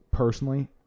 personally